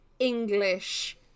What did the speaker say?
english